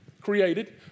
created